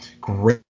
great